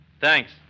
Thanks